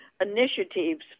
initiatives